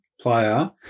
player